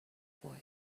boy